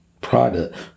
product